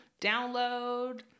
download